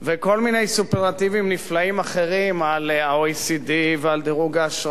וכל מיני סופרלטיבים נפלאים אחרים על ה-OECD ועל דירוג האשראי,